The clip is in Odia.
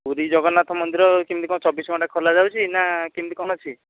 ପୁରୀ ଜଗନ୍ନାଥ ମନ୍ଦିର କେମିତି କ'ଣ ଚବିଶ ଘଣ୍ଟା ଖୋଲା ଯାଉଛି ନା କେମିତି କ'ଣ ଅଛି